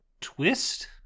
twist